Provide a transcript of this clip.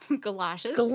Galoshes